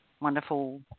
wonderful